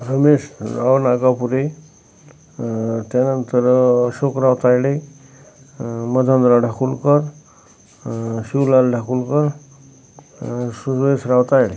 रमेश अ नागावपुरे त्यानंतर अशोकराव तायडे मदनलाल ठाकूरकर शिवलाल ठाकूरकर सुदेशराव कायडे